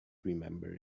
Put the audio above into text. remember